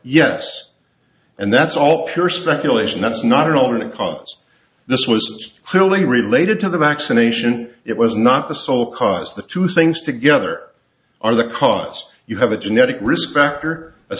yes and that's all pure speculation that's not an alternate because this was clearly related to the vaccination it was not the sole cause the two things together are the cause you have a genetic risk factor a